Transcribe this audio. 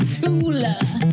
cooler